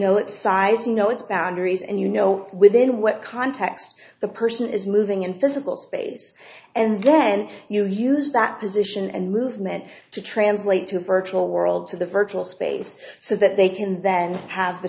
its boundaries and you know within what context the person is moving in physical space and then you use that position and movement to translate to a virtual world to the virtual space so that they can then have the